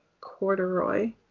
corduroy